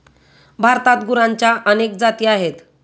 भारतात गुरांच्या अनेक जाती आहेत